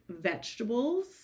vegetables